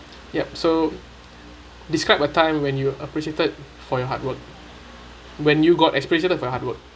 yup so describe a time when you appreciated for your hard work when you got appreciated for your hard work